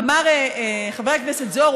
אמר חבר הכנסת זוהר,